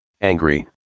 angry